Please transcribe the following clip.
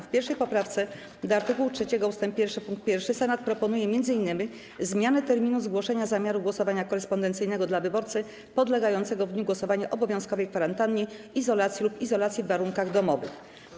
W 1. poprawce do art. 3 ust. 1 pkt 1 Senat proponuje m.in. zmianę terminu zgłoszenia zamiaru głosowania korespondencyjnego dla wyborcy podlegającego w dniu głosowania obowiązkowej kwarantannie, izolacji lub izolacji w warunkach domowych.